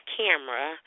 camera